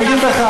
אני אגיד לך,